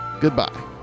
goodbye